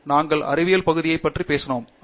டங்கிராலா நாங்கள் அறிவியல் பகுதியைப் பற்றி பேசினோம்